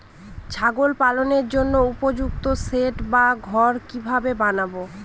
ছাগল পালনের জন্য উপযুক্ত সেড বা ঘর কিভাবে বানাবো?